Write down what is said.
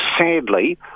sadly